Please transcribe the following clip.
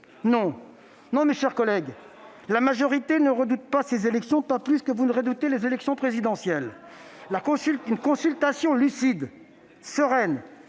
Non ! Mes chers collègues, la majorité ne redoute pas ces élections, pas plus que vous ne redoutez l'élection présidentielle ! Une consultation lucide, sereine